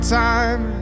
time